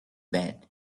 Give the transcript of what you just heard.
bed